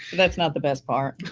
that's not the best part.